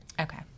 okay